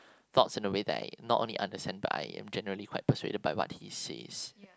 thoughts in a way that I not only understand but I am generally quite persuaded by what he says